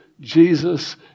Jesus